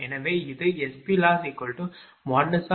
எனவே இது SPLossI12r1I22r2I32r3MVAB×1000 kW0